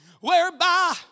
whereby